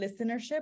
listenership